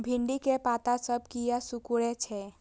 भिंडी के पत्ता सब किया सुकूरे छे?